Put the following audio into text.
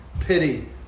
pity